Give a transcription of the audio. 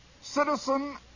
citizen